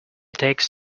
takes